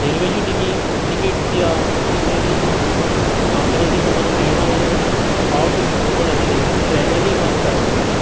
रेल्वेची टिकिंग तिकेट जी आहा ती पयली कांवन्टराचेर समज मेळना जाल्यार बी फावट तुमचीं फुकट वयतली हेतुन ट्रेवलिंग वाचता आमचें